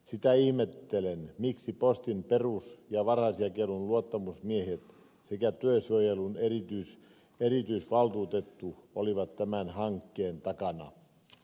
sitä ihmettelen miksi postin perus ja varhaisjakelun luottamusmiehet sekä työsuojelun erityisvaltuutettu olivat tämän hankkeen takana